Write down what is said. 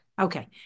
Okay